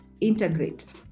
integrate